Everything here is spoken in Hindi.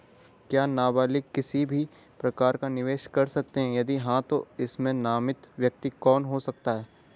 क्या नबालिग किसी भी प्रकार का निवेश कर सकते हैं यदि हाँ तो इसमें नामित व्यक्ति कौन हो सकता हैं?